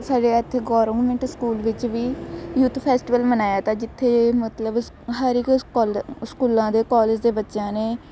ਸਾਡੇ ਇੱਥੇ government school ਵਿੱਚ ਵੀ ਯੂਥ ਫੈਸਟੀਵਲ ਮਨਾਇਆ ਤਾਂ ਜਿੱਥੇ ਮਤਲਬ ਸ ਹਰ ਇੱਕ ਸਕੋਲ ਸਕੂਲਾਂ ਦੇ ਕੋਲਜ ਦੇ ਬੱਚਿਆਂ ਨੇ